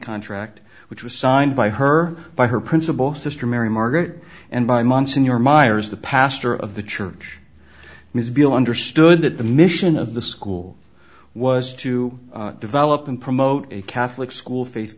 contract which was signed by her by her principal sister mary margaret and by monsignor myers the pastor of the church must be understood that the mission of the school was to develop and promote a catholic school faith